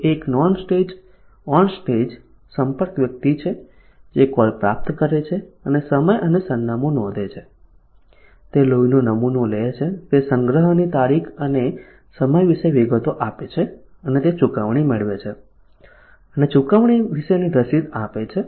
પછી એક on stage સંપર્ક વ્યક્તિ છે જે કોલ પ્રાપ્ત કરે છે અને સમય અને સરનામું નોંધે છે તે લોહીનો નમૂનો લે છે તે સંગ્રહની તારીખ અને સમય વિશે વિગતો આપે છે અને તે ચુકવણી મેળવે છે અને ચુકવણી વિશેની રસીદ આપે છે